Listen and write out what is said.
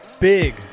big